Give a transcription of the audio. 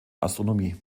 astronomie